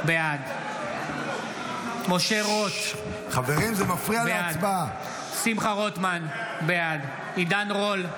בעד משה רוט, בעד שמחה רוטמן, בעד עידן רול,